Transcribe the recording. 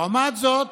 לעומת זאת,